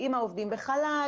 "אם העובדים בחל"ת,